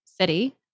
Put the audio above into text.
city